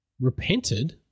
repented